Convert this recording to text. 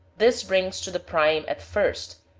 this brings to the prime at first,